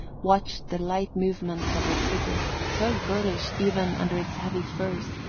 watched the light movements of her figure, so girlish even under its heavy furs,